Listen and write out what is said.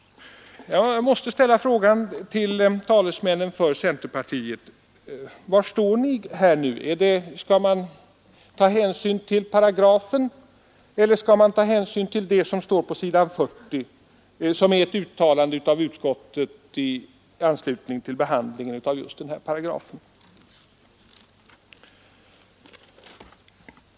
Jag måste ställa frågan till talesmännen för centerpartiet: Var står ni här? Skall man ta hänsyn till paragrafen eller skall man ta hänsyn till det som står på s. 40, vilket är ett uttalande av utskottet i anslutning till behandlingen av just den här paragrafen?